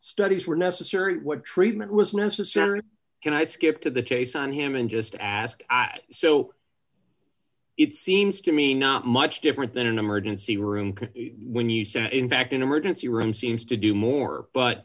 studies were necessary what treatment was necessary can i skip to the chase on him and just ask so it seems to me not much different than an emergency room when you say that in fact an emergency room seems to do more but